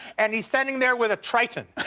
and he's standing there with a triton.